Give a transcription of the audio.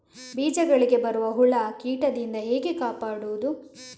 ಬೀಜಗಳಿಗೆ ಬರುವ ಹುಳ, ಕೀಟದಿಂದ ಹೇಗೆ ಕಾಪಾಡುವುದು?